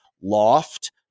loft